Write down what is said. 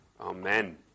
Amen